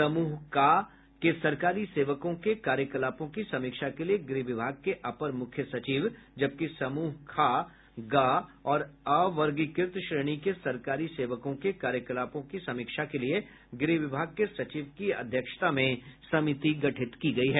समूह क के सरकारी सेवकों के कार्यकलापों की समीक्षा के लिये गृह विभाग के अपर मुख्य सचिव जबकि समूह ख ग और अवर्गीकृत श्रेणी के सरकारी सेवकों के कार्यकलापों की समीक्षा के लिये गृह विभाग के सचिव की अध्यक्षता में समिति गठित की गयी है